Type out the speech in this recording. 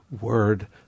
word